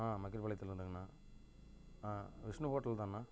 ஆ மக்கிரிபாளையத்தில் இருந்துங்கண்ணா ஆ விஷ்ணு ஹோட்டல்தாண்ணா